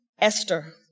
Esther